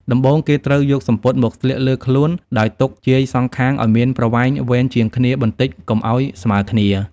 ដំបូងគេត្រូវយកសំពត់មកស្លៀកលើខ្លួនដោយទុកជាយសងខាងឲ្យមានប្រវែងវែងជាងគ្នាបន្តិចកុំឲ្យស្មើរគ្នា។